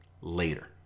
later